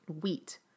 Wheat